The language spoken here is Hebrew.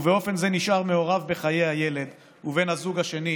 ובאופן זה נשאר מעורב בחיי הילד ובן הזוג השני,